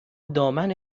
دامن